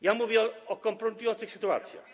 Ja mówię o kompromitujących sytuacjach.